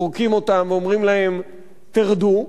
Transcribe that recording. פורקים אותם ואומרים להם: תרדו.